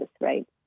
right